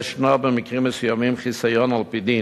ישנו במקרים מסוימים חיסיון על-פי דין,